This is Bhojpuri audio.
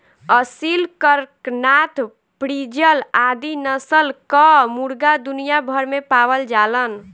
असिल, कड़कनाथ, फ्रीजल आदि नस्ल कअ मुर्गा दुनिया भर में पावल जालन